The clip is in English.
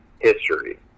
history